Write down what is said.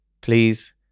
please